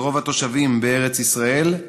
לרוב התושבים בארץ ישראל,